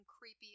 creepy